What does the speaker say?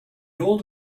old